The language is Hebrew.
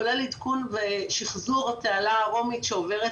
כולל עדכון ושחזור התעלה הרומית שעוברת